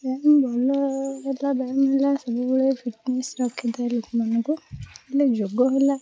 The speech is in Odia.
ଏଇଥିପାଇଁ ଭଲ କଥା ବ୍ୟାୟାମ ହେଲା ସବୁବେଳେ ଫିଟନେସ୍ ରଖିଥାଏ ଲୋକମାନଙ୍କୁ ହେଲେ ଯୋଗ ହେଲା